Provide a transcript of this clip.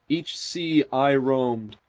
each sea, i roamed,